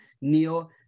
Neil